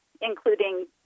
including